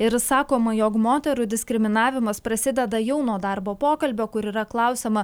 ir sakoma jog moterų diskriminavimas prasideda jau nuo darbo pokalbio kur yra klausiama